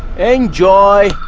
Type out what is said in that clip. enjoy.